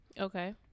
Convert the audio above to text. Okay